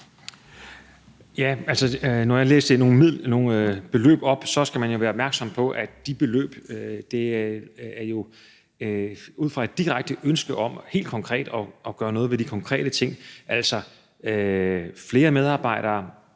har jeg listet nogle beløb op, og man skal jo være opmærksom på, at de beløb skal ses ud fra et direkte ønske om helt konkret at gøre noget ved de konkrete ting,